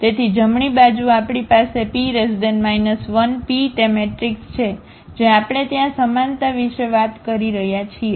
તેથી જમણી બાજુ આપણી પાસેP 1pતે મેટ્રિક્સ છે જે આપણે ત્યાં સમાનતા વિશે વાત કરી રહ્યા છીએ